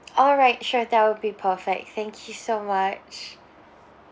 alright sure that would be perfect thank you so much